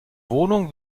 wohnung